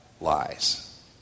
lies